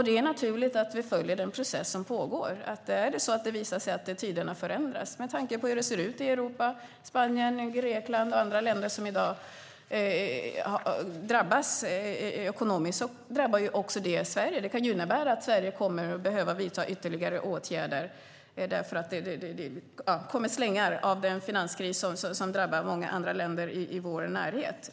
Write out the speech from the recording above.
Det är naturligt att vi följer den process som pågår. Om det visar sig att tiderna förändras med tanke på hur det ser ut i Europa - i Spanien, Grekland och andra länder som i dag drabbas ekonomiskt - drabbas också Sverige. Det kan ju bli ännu värre så att Sverige kommer att behöva vidta ytterligare åtgärder därför att det kommer slängar av den finanskris som drabbar många andra länder i vår närhet.